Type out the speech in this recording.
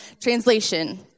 Translation